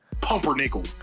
Pumpernickel